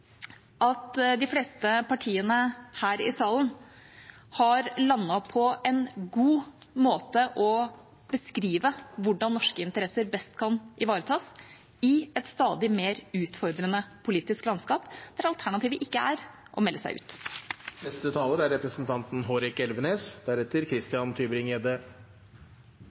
at de fleste partiene her i salen har landet på en god måte når det gjelder å beskrive hvordan norske interesser best kan ivaretas i et stadig mer utfordrende politisk landskap, der alternativet ikke er å melde seg